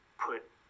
put